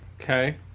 Okay